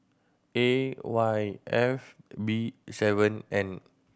A Y F B seven N